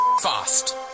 fast